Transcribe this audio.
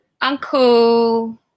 Uncle